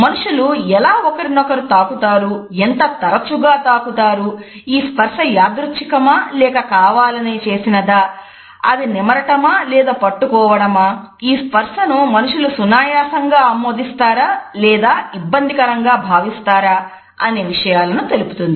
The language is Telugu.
మనుషులు ఎలా ఒకరినొకరు తాకుతారు ఎంత తరచుగా తాకుతారు ఈ స్పర్శ యాదృచ్ఛికమా లేక కావాలనే చేసినదా అది నిమరటమా లేక పట్టుకోవడమా ఈ స్పర్శను మనుషులు సునాయాసంగా ఆమోదిస్తారా లేక ఇబ్బందికరంగా భావిస్తారా అనే విషయాలను తెలుపుతుంది